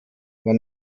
man